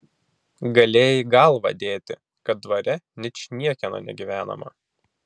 galėjai galvą dėti kad dvare ničniekieno negyvenama